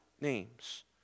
names